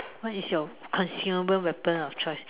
what is your consumable weapon of choice